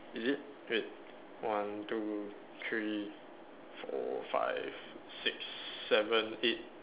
is it wait one two three four five six seven eight